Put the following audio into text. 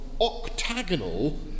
octagonal